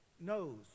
knows